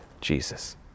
Jesus